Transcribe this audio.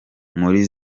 muri